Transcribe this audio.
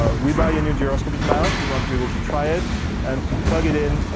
ah we buy a new gyroscopic mouse. we want to be able to try it and to plug it in,